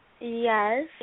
Yes